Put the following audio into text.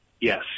Yes